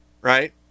right